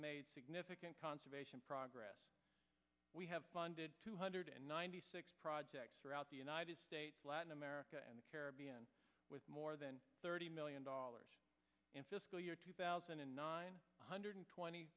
as significant conservation progress we have funded two hundred and ninety six projects throughout the united states latin america and the caribbean with more than thirty million dollars in fiscal year two thousand and nine hundred twenty